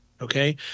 okay